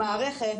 המערכת,